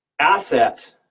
asset